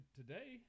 today